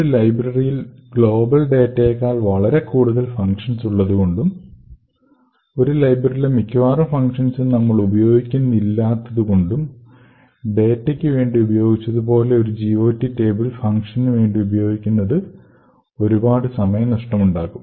ഒരു ലൈബ്രറിയിൽ ഗ്ലോബൽ ഡാറ്റയേക്കാൾ വളരെ കൂടുതൽ ഫങ്ഷൻസ് ഉള്ളതുകൊണ്ടും ഒരു ലൈബ്രറിയിലെ മിക്കവാറും ഫങ്ഷൻസും നമ്മൾ ഉപയോഗിക്കുന്നില്ലാത്തതുകൊണ്ടും ഡാറ്റയ്ക് വേണ്ടി ഉപയോഗിച്ചതുപോലെ ഒരു GOT ടേബിൾ ഫങ്ഷൻസിനു ഉപയോഗിക്കുന്നത് ഒരുപാട് സമയനഷ്ടം ഉണ്ടാക്കും